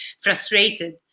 frustrated